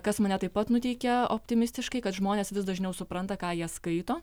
kas mane taip pat nuteikia optimistiškai kad žmonės vis dažniau supranta ką jie skaito